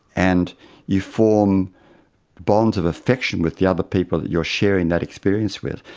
and you form bonds of affection with the other people that you're sharing that experience with.